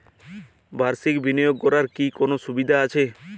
বাষির্ক বিনিয়োগ করার কি কোনো সুবিধা আছে?